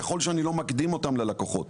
ככל שאני לא מקדים אותם ללקוחות.